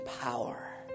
power